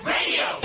Radio